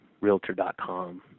Realtor.com